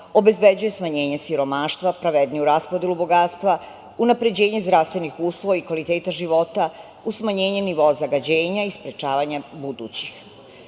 obezbeđuje smanjenje siromaštva, pravedniju raspodelu bogatstva, unapređenje zdravstvenih uslova i kvaliteta života, uz smanjenje nivoa zagađenja i sprečavanje budućih.S